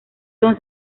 son